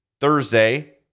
Thursday